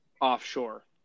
offshore